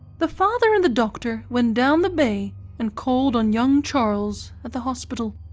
the father and the doctor went down the bay and called on young charles at the hospital.